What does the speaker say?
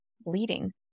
bleeding